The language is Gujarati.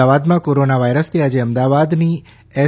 મદાવાદમાં કોરોના વાયરસથી આજે મદાવાદની એસ